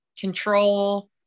control